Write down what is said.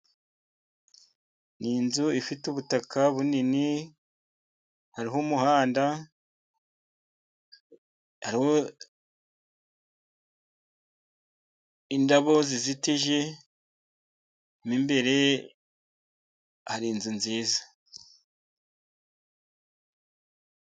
Ni inzu ifite ubutaka bunini, hariho umuhanda, hariho indabo zizitije, mo imbere hari inzu nziza.